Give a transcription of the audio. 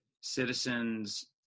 citizens